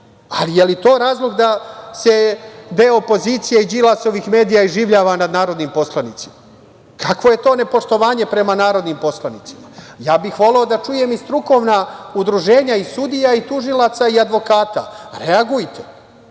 li je to razlog da se deo opozicije i Đilasovih medija iživljava nad narodnim poslanicima? Kakvo je to nepoštovanje prema narodnih poslanicima? Ja bih voleo da čujem i strukovna udruženja i sudija i tužilaca i advokata. Reagujte.